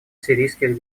сирийских